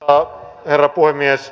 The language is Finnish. arvoisa herra puhemies